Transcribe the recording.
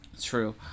True